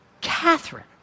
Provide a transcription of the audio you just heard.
Catherine